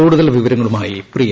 കൂടുതൽ വിവരങ്ങളുമായി പ്രിയ